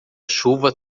chuva